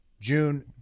June